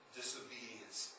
disobedience